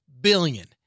billion